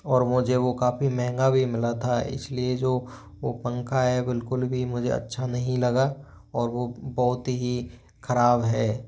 और मुझे वह काफ़ी महंगा भी मिला था इसलिए जो वह पंखा है बिल्कुल भी मुझे अच्छा नहीं लगा और वह बहुत ही ख़राब है